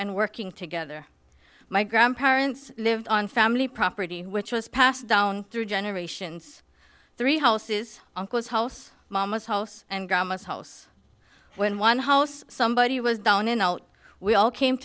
and working together my grandparents lived on family property which was passed down through generations three houses house mama's house and grandma's house when one house somebody was down and out we all came